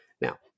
Now